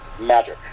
magic